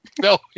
No